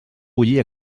bullir